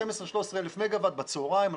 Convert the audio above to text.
13,000-12,000 מגה-ואט בצוהריים,